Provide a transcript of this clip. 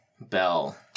bell